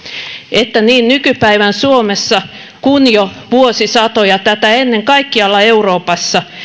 että niin nykypäivän suomessa kuin jo vuosisatoja tätä ennen kaikkialla euroopassa